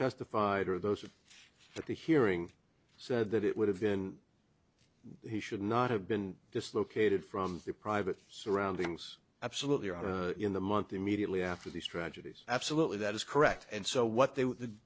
testified or those at the hearing said that it would have been he should not have been dislocated from their private surroundings absolutely or in the month immediately after these tragedies absolutely that is correct and so what they